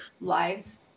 lives